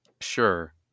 sure